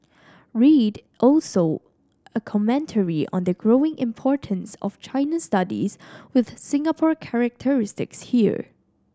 read also a commentary on the growing importance of China studies with Singapore characteristics here